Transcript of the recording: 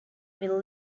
will